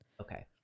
Okay